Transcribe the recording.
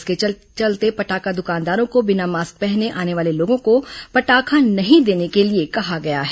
इसके चलते फटाखा दुकानकारों को बिना मास्क पहने आने वाले लोगों को फटाखा नहीं देने के लिए कहा गया है